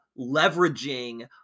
leveraging